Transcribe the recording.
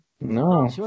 No